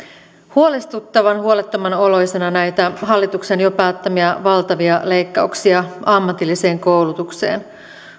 huolestuttavan huolettoman oloisena näitä hallituksen jo päättämiä valtavia leikkauksia ammatilliseen koulutukseen